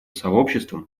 сообществом